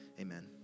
Amen